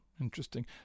Interesting